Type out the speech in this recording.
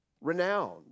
renowned